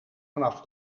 vanaf